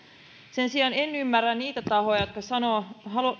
sen sijaan en ymmärrä niitä tahoja jotka sanovat